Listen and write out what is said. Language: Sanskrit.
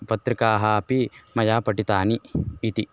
पत्रिकाः अपि मया पठिताः इति